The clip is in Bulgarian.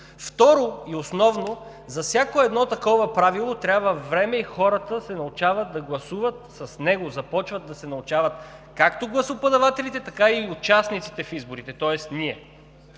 Второ и основно, за всяко едно такова правило трябва време и хората се научават да гласуват с него. Започват да се научават както гласоподавателите, така и участниците в изборите, тоест ние.